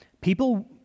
People